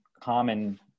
common